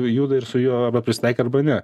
juda ir su juo arba prisitaikai arba ne